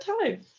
time